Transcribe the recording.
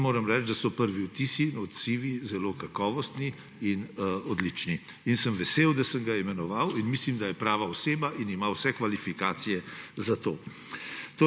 in moram reči, da so prvi vtisi, odzivi, zelo kakovosti in odlični. In sem vesel, da sem ga imenoval. Mislim, da je prava oseba in ima vse kvalifikacije za to.